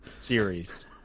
series